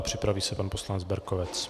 Připraví se pan poslanec Berkovec.